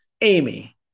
Amy